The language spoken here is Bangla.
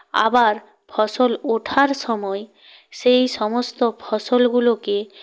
আবার ফসল ওঠার সময় সেই সমস্ত ফসলগুলোকে